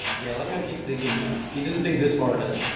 yeah i like how he's thinking now he didn't think this far ahead